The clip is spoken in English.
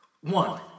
One